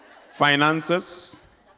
Finances